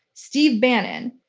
steve bannon,